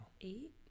Eight